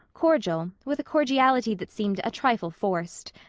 cordial with a cordiality that seemed a trifle forced.